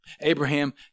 Abraham